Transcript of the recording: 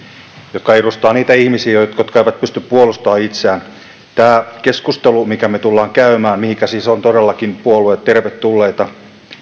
jotka edustavat niitä ihmisiä jotka jotka eivät pysty puolustamaan itseään tämä keskustelu minkä me tulemme käymään ja mihinkä siis ovat todellakin puolueet tervetulleita